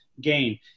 gain